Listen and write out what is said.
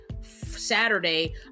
Saturday